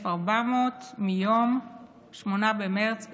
1400 מיום 8 במרץ 2021,